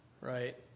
Right